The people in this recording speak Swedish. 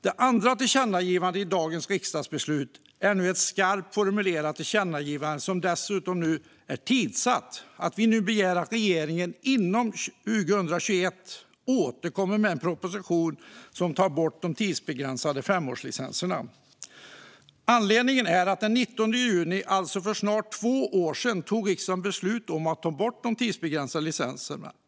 Det andra tillkännagivandet i dagens riksdagsbeslut är ett skarpt formulerat tillkännagivande som nu dessutom är tidssatt. Vi begär nu att regeringen före slutet av 2021 återkommer med en proposition som tar bort de tidsbegränsade femårslicenserna. Anledningen är att riksdagen den 19 juni 2019 - alltså för snart två år sedan - tog beslut om att ta bort de tidsbegränsade licenserna.